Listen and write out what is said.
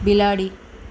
બિલાડી